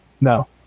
no